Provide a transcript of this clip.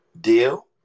deal